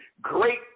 great